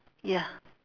ya